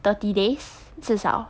thirty days 至少